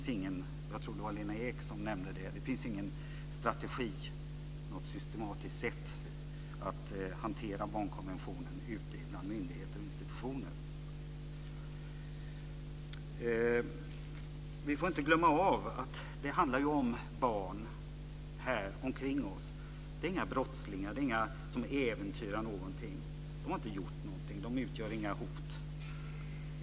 Där påpekas det som också Lena Ek nämnde, nämligen att det inte finns någon strategi eller något systematiskt sätt att hantera barnkonventionen ute bland myndigheter och institutioner. Vi får inte glömma att det handlar om barn som finns här omkring oss. Det är inga brottslingar, de äventyrar inte någonting. De har inte gjort någonting, de utgör inget hot.